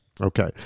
Okay